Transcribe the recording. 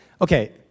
Okay